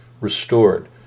restored